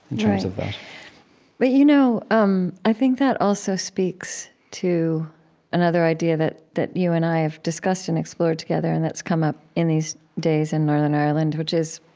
in terms of that but you know um i think that also speaks to another idea that that you and i have discussed and explored together, and that's come up in these days in northern ireland, which is